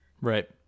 Right